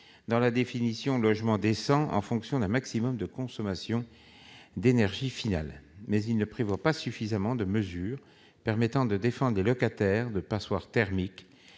de performance énergétique, en fonction d'un maximum de consommation d'énergie finale, mais il ne prévoit pas suffisamment de mesures permettant de défendre les locataires de passoires thermiques,